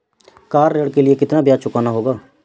Car ऋण के लिए कितना ब्याज चुकाना होगा?